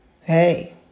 hey